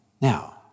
Now